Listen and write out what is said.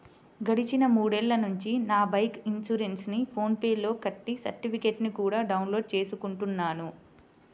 గడిచిన మూడేళ్ళ నుంచి నా బైకు ఇన్సురెన్సుని ఫోన్ పే లో కట్టి సర్టిఫికెట్టుని కూడా డౌన్ లోడు చేసుకుంటున్నాను